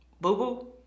boo-boo